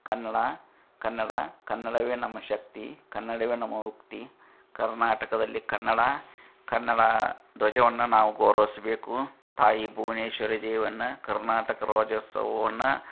ಕನ್ನಡ ಕನ್ನಡ ಕನ್ನಡವೇ ನಮ್ಮ ಶಕ್ತಿ ಕನ್ನಡವೇ ನಮ್ಮ ಉಕ್ತಿ ಕರ್ನಾಟಕದಲ್ಲಿ ಕನ್ನಡ ಕನ್ನಡ ಧ್ವಜವನ್ನು ನಾವು ಗೌರವಿಸಬೇಕು ತಾಯಿ ಭುವನೇಶ್ವರಿ ದೇವಿಯನ್ನು ಕರ್ನಾಟಕ ರಾಜ್ಯೋತ್ಸವವನ್ನು